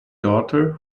daughter